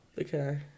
okay